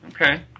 okay